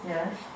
Yes